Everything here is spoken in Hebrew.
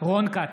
רון כץ,